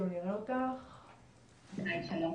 שלום.